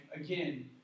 again